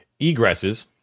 egresses